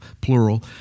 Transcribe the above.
plural